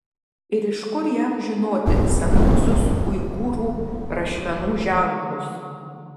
ir iš kur jam žinoti senuosius uigūrų rašmenų ženklus